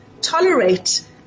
tolerate